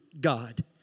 God